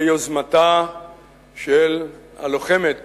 ביוזמתה של הלוחמת